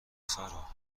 سارا